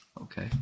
Okay